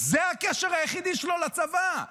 זה הקשר היחידי שלו לצבא.